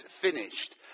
finished